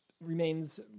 remains